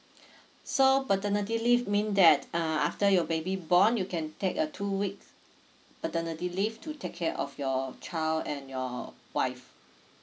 so paternity leave mean that uh after your baby born you can take a two week paternity leave to take care of your child and your wife